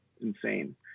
insane